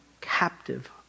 captive